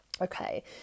Okay